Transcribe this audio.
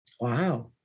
Wow